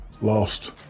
Lost